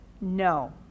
no